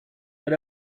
but